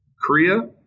Korea